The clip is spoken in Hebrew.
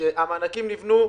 כשהמענקים נבנו,